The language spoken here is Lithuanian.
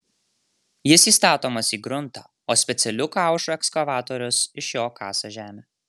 jis įstatomas į gruntą o specialiu kaušu ekskavatorius iš jo kasa žemę